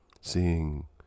seeing